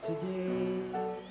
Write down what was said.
today